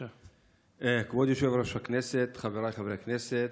כבוד יושב-ראש הכנסת, חבריי חברי הכנסת,